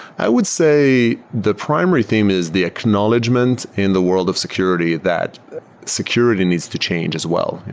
i would say the primary theme is the acknowledgment in the world of security that security needs to change as well. and